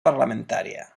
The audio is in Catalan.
parlamentària